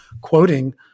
quoting